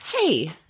hey